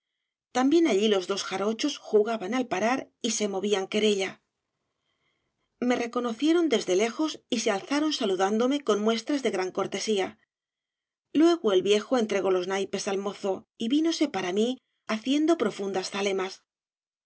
también allí los dos jarochos jugaban al parar y se movían querella me reconocieron desde lejos y se alzaron saludándome con muestras de gran cortesía luego el viejo entregó los naipes al mozo y vínose para mí haciendo profundas zalemas